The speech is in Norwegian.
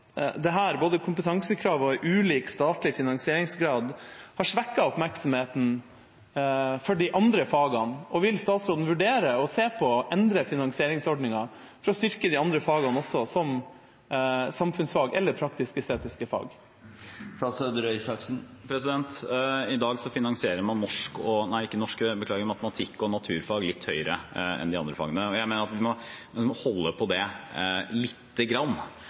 både kompetansekrav og ulik statlig finansieringsgrad har svekket oppmerksomheten mot de andre fagene, og vil statsråden vurdere å endre finansieringsordninga for å styrke de andre fagene også, som samfunnsfag eller praktisk-estetiske fag? I dag finansierer man matematikk og naturfag litt høyere enn de andre fagene. Jeg mener at man må holde på det lite grann.